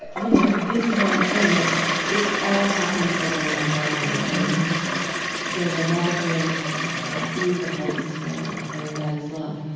you know, this is what i'm saying it all happens around our family and there's a larger um glue that holds us together and that is love.